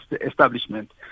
establishment